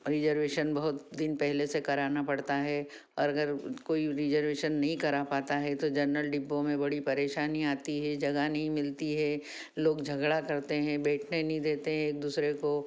reservation बहुत दिन पहले से कराना पड़ता है और अगर कोई रिजर्वेशन नहीं करा पाता है तो जनरल डिब्बों में बड़ी परेशानी आती है जगह नहीं मिलती है लोग झगड़ा करते हैं बेठने नहीं देते हैं एक दूसरे को